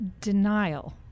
denial